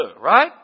right